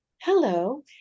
hello